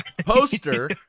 poster